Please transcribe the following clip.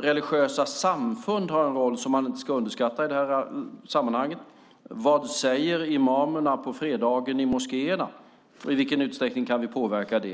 Religiösa samfund har en roll som man inte ska underskatta i det här sammanhanget. Vad säger imamerna på fredagen i moskéerna, och i vilken utsträckning kan vi påverka det?